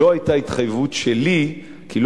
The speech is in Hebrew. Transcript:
לא